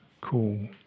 cool